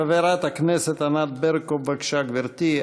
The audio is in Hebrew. חברת הכנסת ענת ברקו, בבקשה, גברתי.